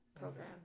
program